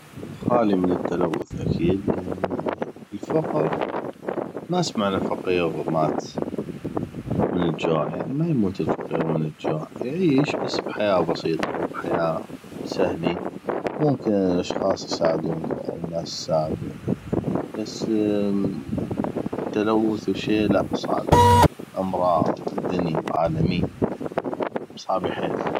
خالي من التلوث اكيد لان الفقر ما سمعنا فقيغ مات من الجوع يعني ما يموت الفقيغ من الجوع يعيش بس بحياة بسيطة وبحياة سهلي ممكن أن الاشخاص يساعدونو أو الناس تساعدو بس تلوث وشي لا صعبي امراض ودني وعالمين صعبي حيل